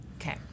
Okay